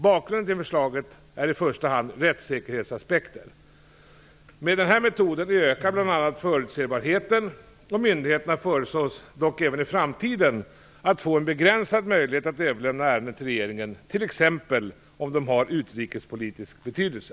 Bakgrunden till förslaget är i första hand rättssäkerhetsaspekter. Med den här metoden ökar bl.a. förutsebarheten. Myndigheterna föreslås dock även i framtiden få en begränsad möjlighet att överlämna ärenden till regeringen, t.ex. om de har utrikespolitisk betydelse.